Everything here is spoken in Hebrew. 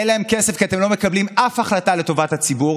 אין להם כסף כי אתם לא מקבלים אף החלטה לטובת הציבור.